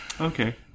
Okay